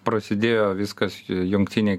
prasidėjo viskas jungtinėj